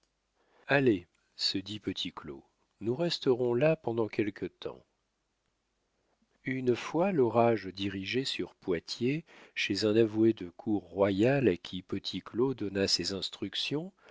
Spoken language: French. se dit petit claud nous resterons là pendant quelque temps une fois l'orage dirigé sur poitiers chez un avoué de cour royale à qui petit claud donna ses instructions